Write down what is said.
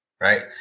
right